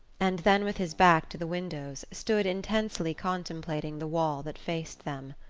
and then, with his back to the windows, stood intensely contemplating the wall that faced them.